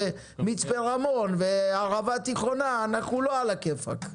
מצפה רמון והערבה התיכונה אנחנו לא על הכיפאק.